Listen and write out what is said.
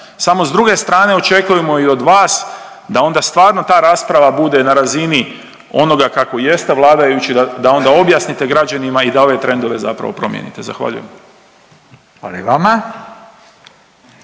samo s druge strane očekujemo i od vas da onda stvarno ta rasprava bude na razini onoga kako jest, a vladajući da onda objasnite građanima i da ove trendove zapravo promijenite. Zahvaljujem. **Radin,